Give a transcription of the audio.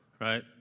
right